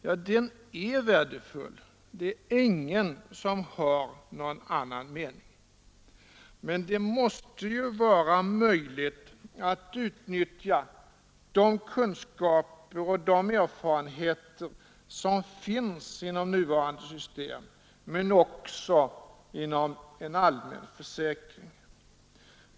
Ja, den anknytningen är värdefull, det är ingen som har någon annan mening. Men det måste vara möjligt att utnyttja de kunskaper och erfarenheter som finns inom nuvarande system också inom en allmän försäkring.